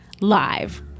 live